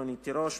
רונית תירוש,